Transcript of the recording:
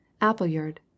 Appleyard